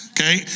Okay